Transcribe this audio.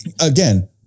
again